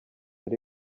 ari